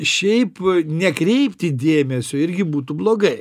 šiaip nekreipti dėmesio irgi būtų blogai